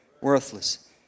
Worthless